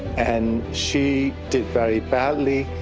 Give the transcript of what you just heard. and she did very badly.